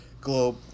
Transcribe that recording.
globe